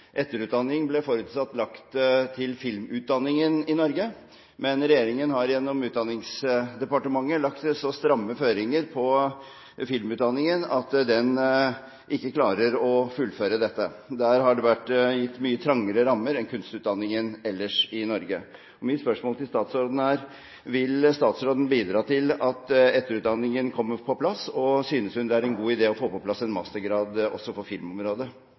Etterutdanning ble forutsatt lagt til filmutdanningen i Norge, men regjeringen har – gjennom Kunnskapsdepartementet – lagt så stramme føringer på filmutdanningen at den ikke klarer å fullføre dette. Der har det vært gitt mye trangere rammer enn til kunstutdanningen ellers i Norge. Mitt spørsmål til statsråden er: Vil statsråden bidra til at etterutdanningen kommer på plass, og synes hun det er en god idé å få på plass en mastergrad også på filmområdet?